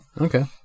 Okay